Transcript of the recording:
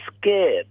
scared